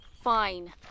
Fine